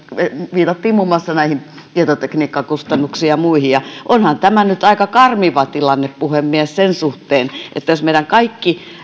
viitattiin muun muassa näihin tietotekniikkakustannuksiin ja muihin onhan tämä nyt aika karmiva tilanne puhemies sen suhteen että jos meidän kaikki